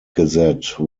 gazette